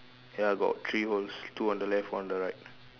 ya got three holes two on the left one on the right